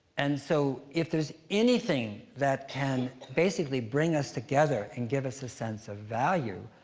and so, if there's anything that can, basically, bring us together and give us a sense of value,